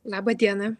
laba diena